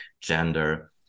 gender